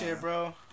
bro